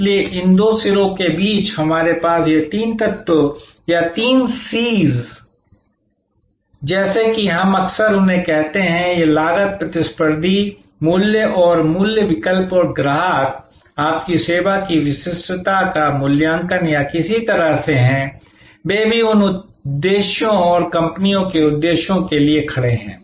इसलिए इन दो सिरों के बीच हमारे पास यह तीन तत्व या तीन CS हैं जैसा कि हम अक्सर उन्हें कहते हैं यह लागत प्रतिस्पर्धी मूल्य और मूल्य विकल्प और ग्राहक आपकी सेवा की विशिष्टता का मूल्यांकन या किसी तरह से हैं वे भी इन उद्देश्यों और कंपनियों के उद्देश्यों के लिए खड़े हैं